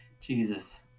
Jesus